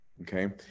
okay